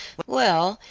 well,